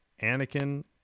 Anakin